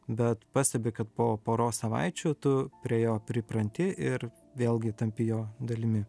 bet pastebi kad po poros savaičių tu prie jo pripranti ir vėlgi tampi jo dalimi